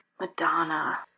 Madonna